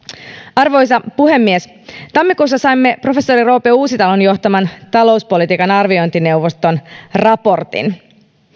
arvoisa puhemies tammikuussa saimme professori roope uusitalon johtaman talouspolitiikan arviointineuvoston raportin